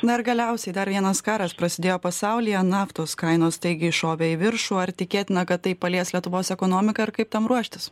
na ir galiausiai dar vienas karas prasidėjo pasaulyje naftos kainos staigiai šovė į viršų ar tikėtina kad tai palies lietuvos ekonomiką ar kaip tam ruoštis